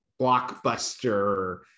blockbuster